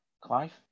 Clive